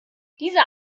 dieser